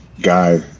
guy